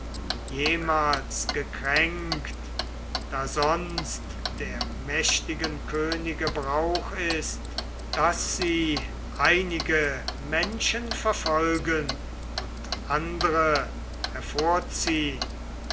jemals gekränkt da sonst der mächtigen könige brauch ist daß sie einige menschen verfolgen und andre